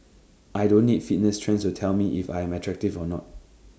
I don't need fitness trends to tell me if I'm attractive or not